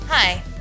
Hi